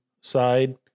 side